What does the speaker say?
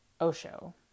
Osho